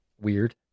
weird